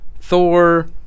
Thor